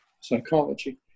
psychology